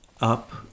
up